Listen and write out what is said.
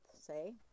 say